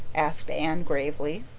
asked anne gravely.